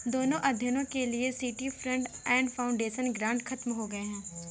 दोनों अध्ययनों के लिए सिटी फंड और फाउंडेशन ग्रांट खत्म हो गए हैं